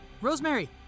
Rosemary